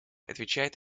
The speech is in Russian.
отвечает